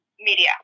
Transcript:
media